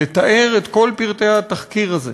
לתאר את כל פרטי התחקיר הזה.